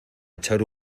echar